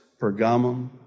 Pergamum